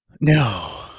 No